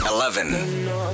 Eleven